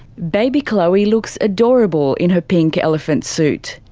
baby chloe looks adorable in her pink elephant suit.